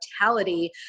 mortality